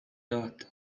داد